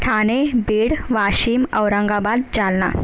Thane Beed Washim Aurangabad Jalna